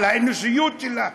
על האנושיות שלה.